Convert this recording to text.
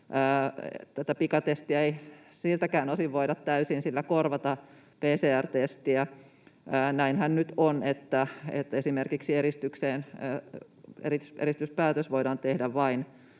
tällä pikatestillä ei siltäkään osin voida täysin korvata PCR-testiä. Näinhän nyt on, että esimerkiksi eristyspäätös tai